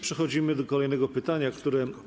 Przechodzimy do kolejnego pytania, które.